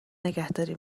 نگهداری